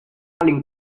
darling